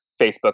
Facebook